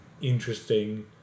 interesting